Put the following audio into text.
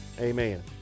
amen